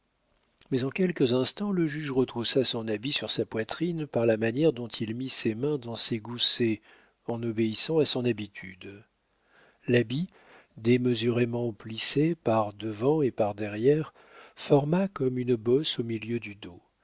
mais en quelques instants le juge retroussa son habit sur sa poitrine par la manière dont il mit ses mains dans ses goussets en obéissant à son habitude l'habit démesurément plissé par-devant et par-derrière forma comme une bosse au milieu du dos